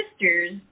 sisters